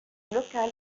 local